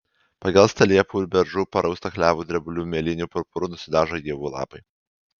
pagelsta liepų ir beržų parausta klevų drebulių mėlynių purpuru nusidažo ievų lapai